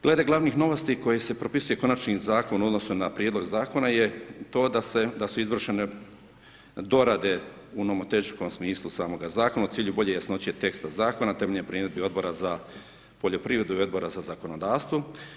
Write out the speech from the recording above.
Glede glavnih novosti koji se propisuje konačni zakon u odnosu na prijedlog zakona je to da su izvršene dorade u nomotehničkom smislu samoga zakona u cilju bolje jasnoće teksta zakona temeljem primjedbi Odbora za poljoprivredu i Odbora za zakonodavstvo.